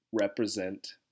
represent